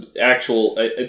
actual